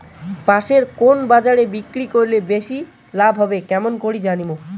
পাশের কুন বাজারে বিক্রি করিলে বেশি লাভ হবে কেমন করি জানবো?